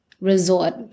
resort